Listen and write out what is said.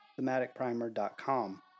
thematicprimer.com